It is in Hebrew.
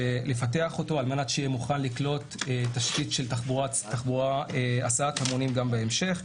לפתח אותו על מנת שיהיה מוכן לקלוט תשתית של הסעת המונים גם בהמשך.